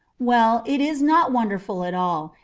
well, it is not wonderful at all.